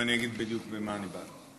אני אגיד בדיוק למה אני מתנגד.